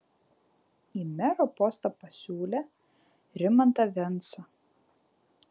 į mero postą pasiūlė rimantą vensą